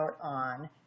on